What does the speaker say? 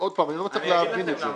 עוד פעם, אני לא מצליח להבין את זה.